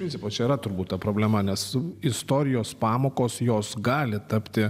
principo yra turbūt ta problema nes istorijos pamokos jos gali tapti